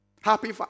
Happy